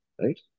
right